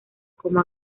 como